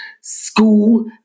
school